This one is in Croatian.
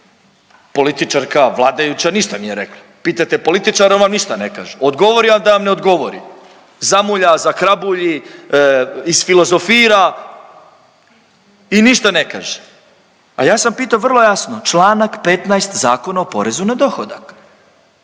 političarka vladajuća ništa nije rekla. Pitajte političare, on vam ništa ne kaže, odgovori, al da vam ne odgovori, zamulja, zakrabulji, isfilozofira i ništa ne kaže, a ja sam pitao vrlo jasno čl. 15. Zakona o porezu na dohodak.